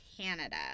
Canada